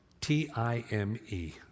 T-I-M-E